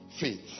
faith